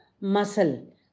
muscle